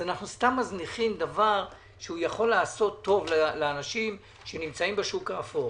אנחנו סתם מזניחים דבר שיכול לעשות טוב לאנשים שנמצאים בשוק האפור